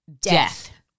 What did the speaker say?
death